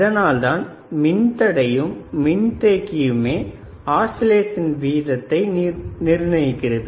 அதனால்தான் மின்தடையும் மின்தேக்கியுமே ஆஸிலேசன் வீதத்தை நிர்ணயிக்கிறது